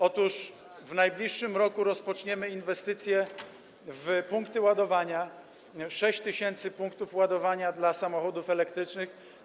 Otóż w najbliższym roku rozpoczniemy inwestycje w punkty ładowania, 6 tys. punktów ładowania dla samochodów elektrycznych.